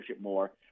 more